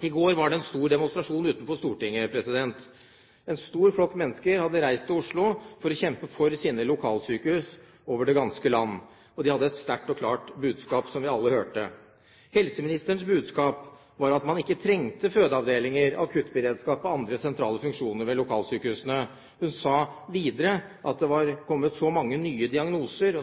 I går var det en stor demonstrasjon utenfor Stortinget. En stor flokk mennesker hadde reist til Oslo for å kjempe for sine lokalsykehus over det ganske land, og de hadde et sterkt og klart budskap, som vi alle hørte. Helseministerens budskap var at man ikke trengte fødeavdelinger, akuttberedskap og andre sentrale funksjoner ved lokalsykehusene. Hun sa videre at det var så mange mennesker med nye diagnoser